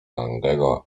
langego